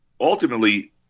Ultimately